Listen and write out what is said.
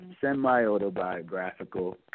semi-autobiographical